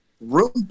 Room